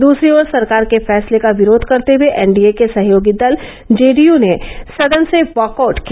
दूसरी ओर सरकार के फैसले का विरोध करते हुए एनडीए के सहयोगी दल जेडीयू ने सदन से वॉकआउट किया